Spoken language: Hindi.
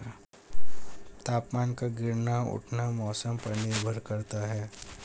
तापमान का गिरना उठना मौसम पर निर्भर करता है